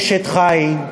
אשת חיל,